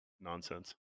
nonsense